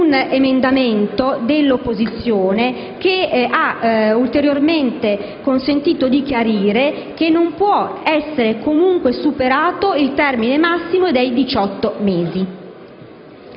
un emendamento dell'opposizione che ha ulteriormente consentito di chiarire che non può essere comunque superato il termine massimo dei 18 mesi.